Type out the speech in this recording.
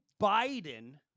Biden